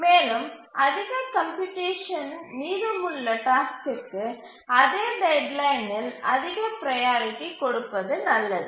மேலும் அதிக கம்ப்யூட்டேசன் மீதமுள்ள டாஸ்க்கிற்கு அதே டெட்லைனில் அதிக ப்ரையாரிட்டி கொடுப்பது நல்லது